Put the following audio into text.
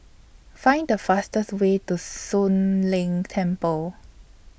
Find The fastest Way to Soon Leng Temple